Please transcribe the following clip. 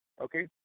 okay